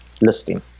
listing